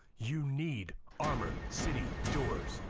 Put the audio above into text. you need armor city doors.